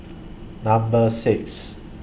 Number six